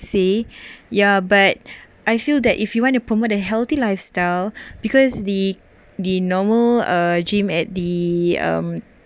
say ya but I feel that if you want to promote a healthy lifestyle because the the normal uh gym at the um